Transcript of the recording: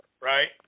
right